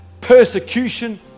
persecution